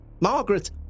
Margaret